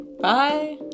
Bye